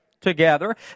together